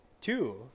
two